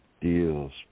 deals